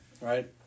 right